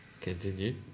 Continue